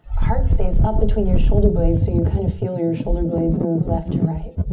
heart space up between your shoulder blades so you kind of feel your shoulder blades move left to right.